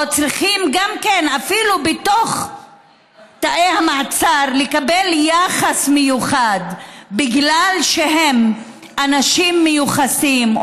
או צריכים אפילו בתוך תאי המעצר לקבל יחס מיוחד בגלל שהם אנשים מיוחסים,